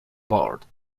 board